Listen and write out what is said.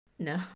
No